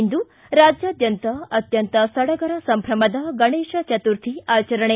ಇಂದು ರಾಜ್ಯಾದ್ಯಂತ ಅತ್ಯಂತ ಸಡಗಡ ಸಂಭ್ರಮದ ಗಣೇಶ ಚತುರ್ಥಿ ಆಚರಣೆ